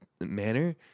manner